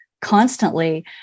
constantly